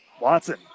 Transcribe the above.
Watson